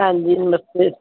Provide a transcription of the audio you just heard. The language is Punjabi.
ਹਾਂਜੀ ਨਮਸਤੇ